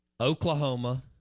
Oklahoma